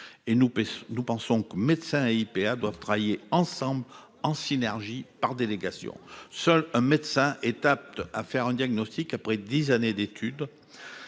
nous pensons que médecin IPA doivent travailler ensemble en synergie, par délégation, seul un médecin est apte à faire un diagnostic après 10 années d'études.